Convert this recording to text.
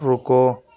رکو